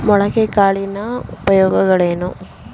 ಮೊಳಕೆ ಕಾಳಿನ ಉಪಯೋಗಗಳೇನು?